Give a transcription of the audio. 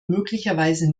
möglicherweise